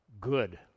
Good